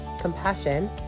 Compassion